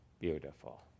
beautiful